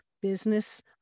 business